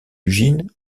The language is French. ugine